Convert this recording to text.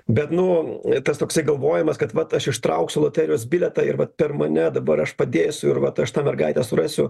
bet nu tas toksai galvojimas kad vat aš ištrauksiu loterijos bilietą ir vat per mane dabar aš padėsiu ir vat aš tą mergaitę surasiu